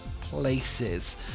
places